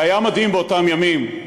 והיה מדהים באותם ימים,